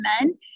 men